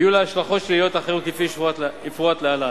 ויהיו לה השלכות שליליות אחרות, כפי שיפורט להלן: